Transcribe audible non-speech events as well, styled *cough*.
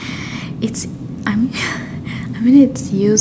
it's I mean *laughs* I mean it's used